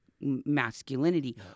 masculinity